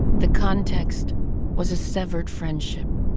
the context was a severed friendship,